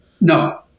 no